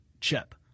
chip